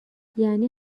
یعنی